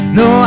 no